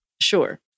Sure